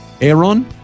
Aaron